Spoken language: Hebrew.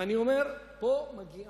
ואני אומר, פה מגיע